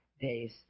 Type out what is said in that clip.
days